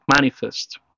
manifest